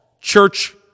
church